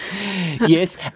Yes